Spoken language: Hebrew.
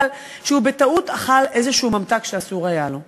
שהוא אכל בטעות איזה ממתק שאסור היה לו לאכול.